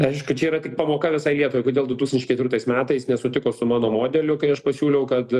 aišku gera pamoka visai lietuvai kodėl du tūkstančiai ketvirtais metais nesutiko su mano modeliu kai aš pasiūliau kad